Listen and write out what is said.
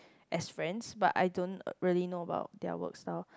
as friends but I don't really know about their about their work style